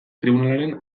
tribunalaren